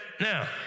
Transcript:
Now